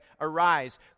Arise